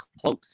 close